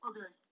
Okay